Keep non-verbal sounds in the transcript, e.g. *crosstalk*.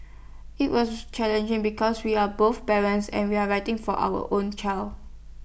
IT was *hesitation* challenging because we are both parents and we're writing for our own child